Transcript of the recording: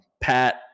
pat